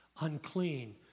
unclean